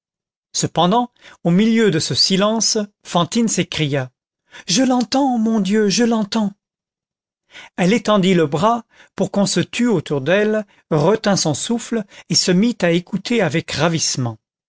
cependant au milieu de ce silence fantine s'écria je l'entends mon dieu je l'entends elle étendit le bras pour qu'on se tût autour d'elle retint son souffle et se mit à écouter avec ravissement